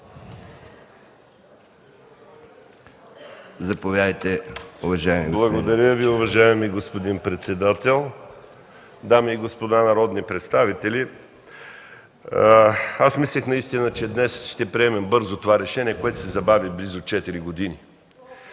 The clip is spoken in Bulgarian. Благодаря, уважаеми господин председател. Дами и господа народни представители! Аз мислех, че днес ще приемем бързо това решение, което се забави близо 4 години.